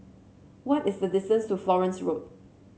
what is the distance to Florence Road